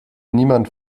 niemand